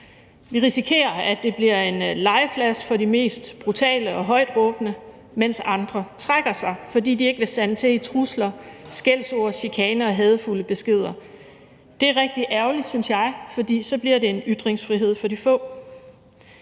Vi risikerer, at det bliver en legeplads for de mest brutale og højtråbende, mens andre trækker sig, fordi de ikke vil sande til i trusler, skældsord, chikane og hadefulde beskeder. Det er rigtig ærgerligt, synes jeg, for så bliver det ytringsfrihed for de få.